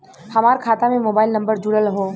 हमार खाता में मोबाइल नम्बर जुड़ल हो?